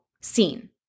seen